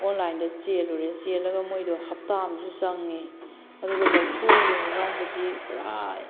ꯑꯣꯟꯂꯥꯏꯟꯗ ꯆꯦꯜꯂꯨꯔꯦ ꯆꯦꯜꯂꯒ ꯃꯣꯏꯗꯣ ꯍꯞꯇꯥ ꯑꯃꯁꯨ ꯆꯪꯉꯤ ꯑꯗꯨꯒ ꯂꯧꯊꯣꯛꯑ ꯌꯦꯡꯉꯨꯀꯥꯟꯗꯗꯤ ꯄꯨꯔꯥ